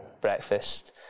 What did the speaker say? breakfast